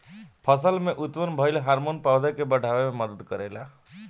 फसल में उत्पन्न भइल हार्मोन पौधा के बाढ़ावे में मदद करेला